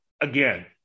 Again